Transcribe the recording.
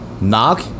knock